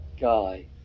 Guy